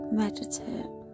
meditate